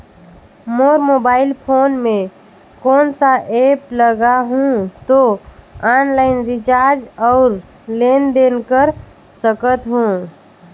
मोर mobile phone मे कोन सा एप्प लगा हूं तो ऑनलाइन रिचार्ज और लेन देन कर सकत हू?